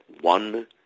one